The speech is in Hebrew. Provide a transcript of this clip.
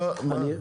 מה?